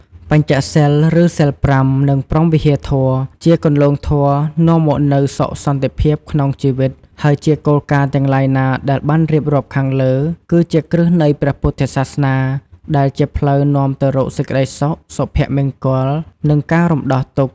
បញ្ចសីល ឬ សីល ៥ និងព្រហ្មវិហារធម៌ ជាគន្លងធម៌នាំមកនូវសុខសន្តិភាពក្នុងជីវិតហើយជាគោលការណ៍ទាំងឡាយណាដែលបានរៀបរាប់ខាងលើ គឺជាគ្រឹះនៃព្រះពុទ្ធសាសនា ដែលជាផ្លូវនាំទៅរកសេចក្តីសុខ សុភមង្គល និងការរំដោះទុក្ខ។